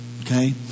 Okay